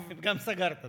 גם סגרת טוב.